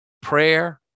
prayer